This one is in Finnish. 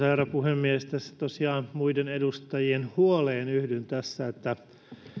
herra puhemies tässä tosiaan muiden edustajien huoleen yhdyn tässä